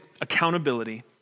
accountability